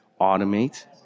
automate